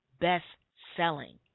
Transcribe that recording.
best-selling